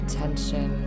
attention